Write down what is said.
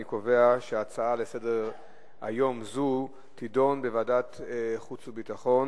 אני קובע שההצעה לסדר-היום הזו תידון בוועדת החוץ והביטחון.